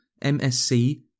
MSC